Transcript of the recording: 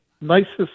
nicest